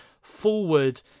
forward